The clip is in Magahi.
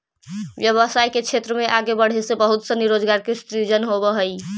व्यवसाय के क्षेत्र में आगे बढ़े से बहुत सनी रोजगार के सृजन होवऽ हई